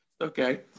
Okay